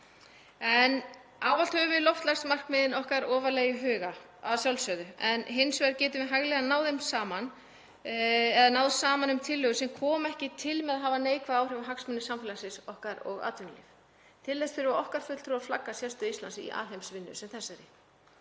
Ávallt höfum við loftslagsmarkmiðin okkar ofarlega í huga að sjálfsögðu, en hins vegar getum við hæglega náð saman um tillögur sem koma ekki til með að hafa neikvæð áhrif á hagsmuni samfélagsins okkar og atvinnulíf. Til þess þurfa okkar fulltrúar að flagga sérstöðu Íslands í alheimsvinnu sem þessari.